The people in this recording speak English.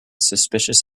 suspicious